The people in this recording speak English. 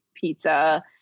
pizza